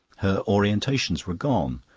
her orientations were gone.